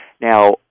now